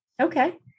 Okay